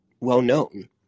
well-known